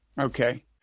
Okay